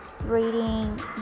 reading